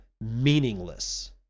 meaningless